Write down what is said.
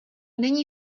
není